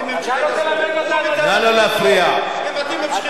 הוא מתהפך בקברו אם אתם ממשיכי דרכו.